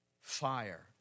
fire